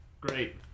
Great